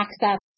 access